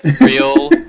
real